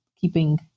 keeping